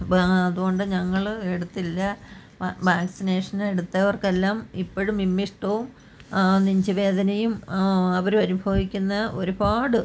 അതുകൊണ്ട് ഞങ്ങൾ എടുത്തില്ല വാക്സിനേഷൻ എടുത്തവർക്കെല്ലാം ഇപ്പോഴും വിമ്മിഷ്ടവും നെഞ്ച് വേദനയും ആ അവരും അനുഭവിക്കുന്ന ഒരുപാട്